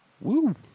Woo